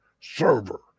server